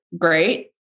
great